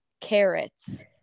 carrots